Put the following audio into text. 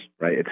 right